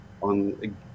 on